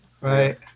right